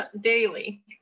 daily